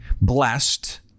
blessed